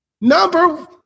Number